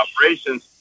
operations